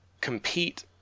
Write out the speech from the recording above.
compete